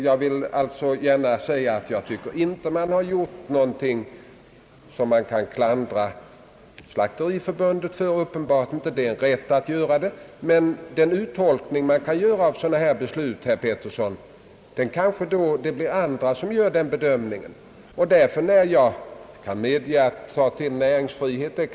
Jag vill också gärna säga att jag inte heller anser att Slakteriförbundet har gjort någonting som det kan klandras för. Tolkningar och bedömningar, herr Harald Pettersson, kan göras på olika sätt, men jag medger att jag kanske använde för stora ord när jag tog till näringsfriheten.